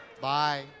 Bye